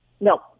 No